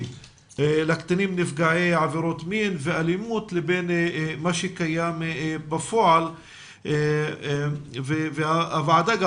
לקטינים נפגעי עבירות מין ואלימות לבין מה שקיים בפועל והוועדה גם